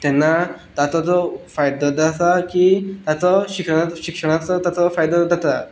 तेन्ना ताचो जो फायदो आसा की ताचो शिक्षणाचो ताचो फायदो जाता